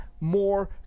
more